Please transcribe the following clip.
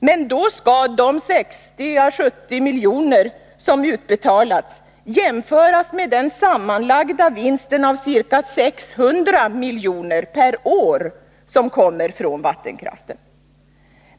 Men då skall de 60 å 70 miljoner som har utbetalats jämföras med den sammanlagda vinst på ca 600 miljoner per år som kommer från vattenkraften.